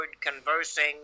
conversing